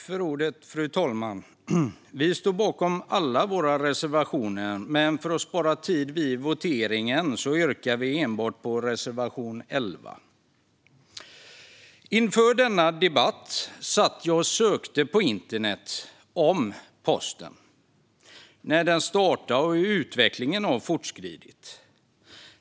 Fru talman! Vi står bakom alla våra reservationer, men för att spara tid vid voteringen yrkar vi bifall till endast reservation 11. Inför denna debatt sökte jag information på internet om posten, när posten startade och hur utvecklingen har fortskridit.